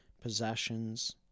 possessions